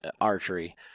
archery